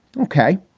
ok,